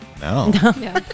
no